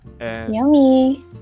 Yummy